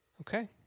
Okay